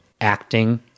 acting